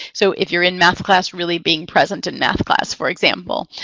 so if you're in math class, really being present in math class, for example.